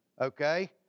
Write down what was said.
okay